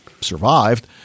survived